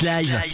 Live